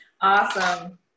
awesome